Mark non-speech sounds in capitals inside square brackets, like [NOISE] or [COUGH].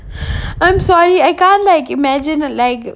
[BREATH] I'm sorry I can't like imagine like